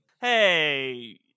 Hey